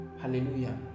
Hallelujah